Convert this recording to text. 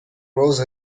rose